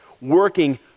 working